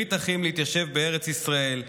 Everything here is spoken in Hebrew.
ברית אחים להתיישב בארץ ישראל,